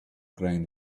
ground